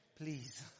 Please